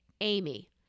amy